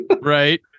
Right